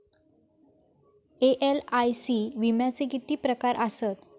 LIC विम्याचे किती प्रकार आसत?